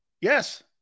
Yes